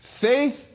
Faith